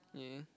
yeah